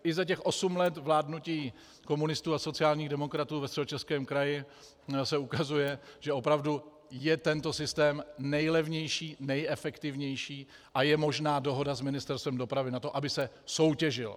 I za těch osm let vládnutí komunistů a sociálních demokratů ve Středočeském kraji se ukazuje, že opravdu je tento systém nejlevnější, nejefektivnější a je možná dohoda s Ministerstvem dopravy na to, aby se soutěžilo.